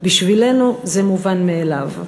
בשבילנו זה מובן מאליו.